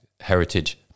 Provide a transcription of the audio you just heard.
heritage